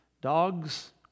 Dogs